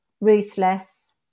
ruthless